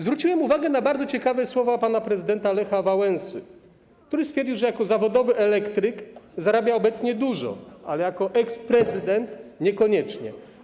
Zwróciłem uwagę na bardzo ciekawe słowa pana prezydenta Lecha Wałęsy, który stwierdził, że jako zawodowy elektryk zarabia obecnie dużo, ale jako eksprezydent - niekoniecznie.